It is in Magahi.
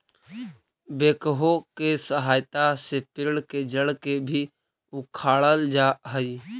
बेक्हो के सहायता से पेड़ के जड़ के भी उखाड़ल जा हई